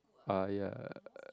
ah ya